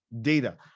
data